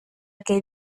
que